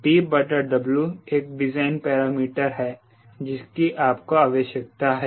यह TW एक design parameter है जिसकी आपको आवश्यकता है